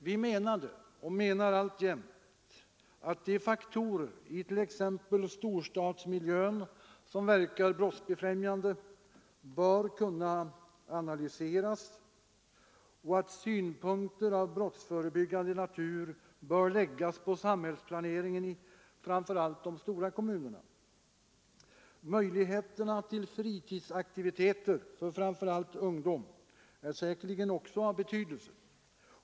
Vi menade och menar alltjämt att de faktorer i t.ex. storstadsmiljön som verkar brottsbefrämjande bör kunna analyseras och att synpunkter av brottsförebyggande natur bör läggas på samhällsplaneringen i framför allt de stora kommunerna. Möjligheterna till fritidsaktiviteter för framför allt ungdom är säkerligen också av betydelse.